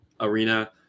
arena